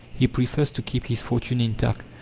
he prefers to keep his fortune intact,